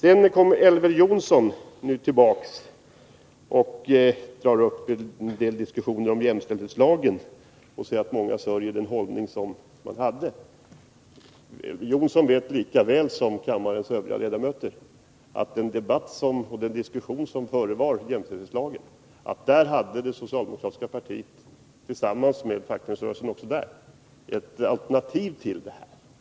Elver Jonsson kommer tillbaka och drar upp en del diskussioner om jämställdhetslagen. Många sörjer den hållning som man hade, menar han. Men Elver Jonsson vet lika väl som kammarens övriga ledamöter att i den diskussion som föregick jämställdhetslagen hade det socialdemokratiska partiet ett alternativ, också det tillsammans med fackföreningsrörelsen.